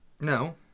No